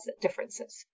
differences